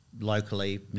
locally